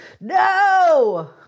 No